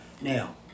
Now